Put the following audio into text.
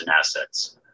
assets